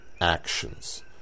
actions